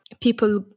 People